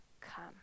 come